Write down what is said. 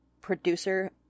producer